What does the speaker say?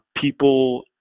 People